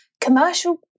commercial